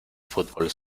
fútbol